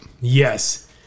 Yes